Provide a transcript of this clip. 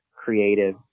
creative